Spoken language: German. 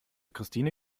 christine